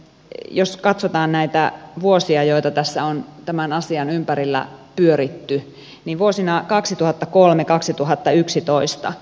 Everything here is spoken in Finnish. jos katsotaan näitä vuosia joita tässä on tämän asian ympärillä pyöritty niin vuosina kaksituhattakolme kaksituhattayksitoista